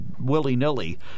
willy-nilly